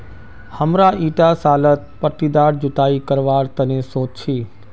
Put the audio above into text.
हमरा ईटा सालत पट्टीदार जुताई करवार तने सोच छी